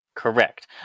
Correct